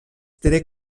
tre